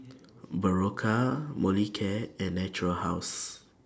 Berocca Molicare and Natura House